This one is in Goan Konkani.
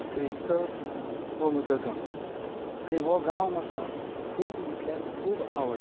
श्रीस्थळ हो म्हजो गांव आनी हो गांव म्हाका खूब म्हटल्यार खूब आवडटा